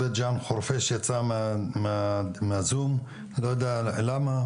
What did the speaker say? חורפיש יצא מהזום אני לא יודע למה,